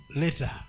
later